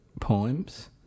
poems